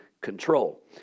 control